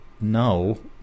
no